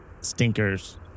stinkers